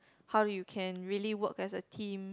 how you can really work as a team